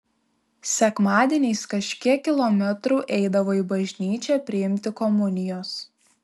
sekmadieniais kažkiek kilometrų eidavo į bažnyčią priimti komunijos